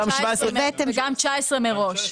וגם 19' מראש.